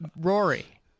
Rory